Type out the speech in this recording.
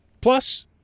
plus